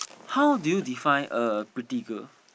how do you define a pretty girl